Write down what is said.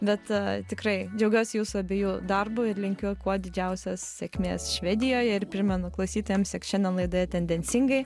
bet tikrai džiaugiuosi jūsų abiejų darbu ir linkiu kuo didžiausios sėkmės švedijoj ir primenu klausytojams jog šiandien laidoje tendencingai